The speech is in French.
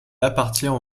appartient